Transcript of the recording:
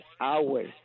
hours